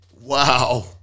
Wow